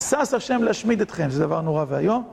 שש השם להשמיד אתכם, זה דבר נורא ואיום.